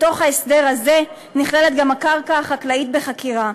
בתוך ההסדר הזה נכללת גם הקרקע החקלאית בחכירה.